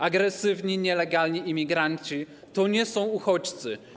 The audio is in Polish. Agresywni nielegalni imigranci to nie są uchodźcy.